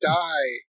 die